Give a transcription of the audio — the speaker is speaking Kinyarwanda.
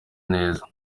neza